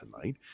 tonight